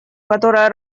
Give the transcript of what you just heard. которая